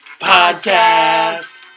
Podcast